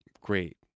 great